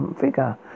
figure